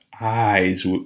eyes